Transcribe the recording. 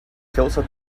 closer